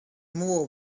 more